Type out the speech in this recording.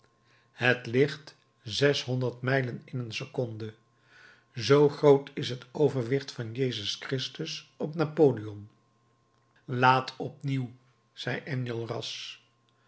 het licht zeshonderd mijlen in een seconde zoo groot is het overwicht van jezus christus op napoleon laadt opnieuw zei enjolras